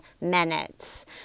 minutes